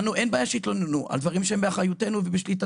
לנו אין בעיה שיתלוננו על דברים שהם באחריותנו ובשליטתנו.